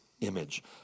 image